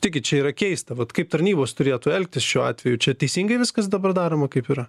taigi čia yra keista vat kaip tarnybos turėtų elgtis šiuo atveju čia teisingai viskas dabar daroma kaip yra